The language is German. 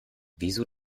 wieso